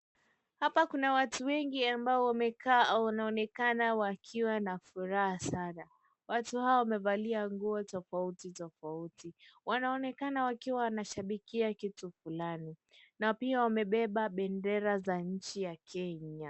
Hapa kuna watu wengi ambao wanaonekana wakiwa na furaha sana. Watu hawa wamevalia nguo tofautitofauti. Wanaonekana wakiwa wanashabikia kitu fulani na pia wamebeba bendera ya nchi ya Kenya.